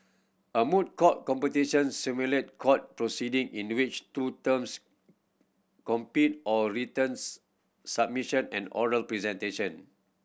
a moot court competition simulate court proceeding in which two teams compete on written submission and oral presentation